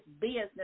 business